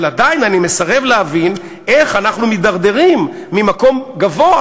אבל עדיין אני מסרב להבין איך אנחנו מידרדרים ממקום גבוה